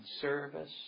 service